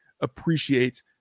appreciates